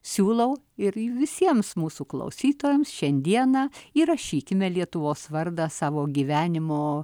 siūlau ir visiems mūsų klausytojams šiandieną įrašykime lietuvos vardą savo gyvenimo